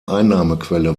einnahmequelle